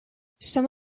some